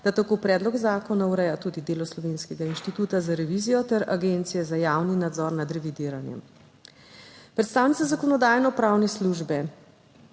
da tako predlog zakona ureja tudi delo Slovenskega inštituta za revizijo ter Agencije za javni nadzor nad revidiranjem. Predstavnica Zakonodajno-pravne službe